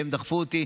שדחפו אותי,